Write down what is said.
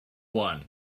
one